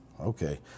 Okay